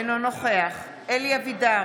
אינו נוכח אלי אבידר,